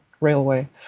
railway